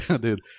dude